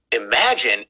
imagine